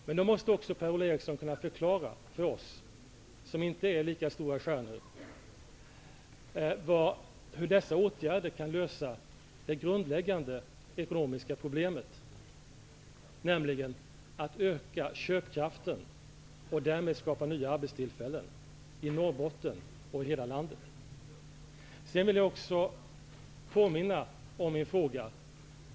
Men då måste också Per-Ola Eriksson kunna förklara för oss som inte är lika stora stjärnor hur dessa åtgärder kan lösa det grundläggande ekonomiska problemet, nämligen att öka köpkraften och därmed skapa nya arbetstillfällen i Sedan vill jag påminna om min fråga.